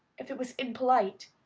if it was impolite,